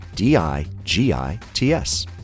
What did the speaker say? d-i-g-i-t-s